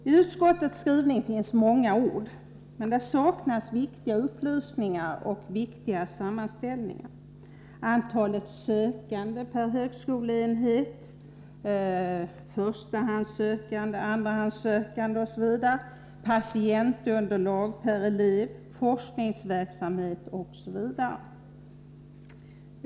I utskottets skrivning finns många ord, men där saknas viktiga upplysningar och sammanställningar — antalet sökande per högskoleenhet, antalet förstahandsoch andrahandssökande, patientunderlag per elev, forskningsverksamhet osv.